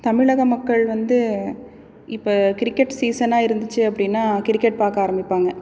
தமிழக மக்கள் வந்து இப்போ கிரிக்கெட் சீசனாக இருந்துச்சு அப்படின்னா கிரிக்கெட் பார்க்க ஆரம்பிப்பாங்க